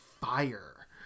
fire